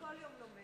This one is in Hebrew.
אני כל יום לומדת.